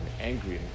angry